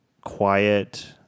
quiet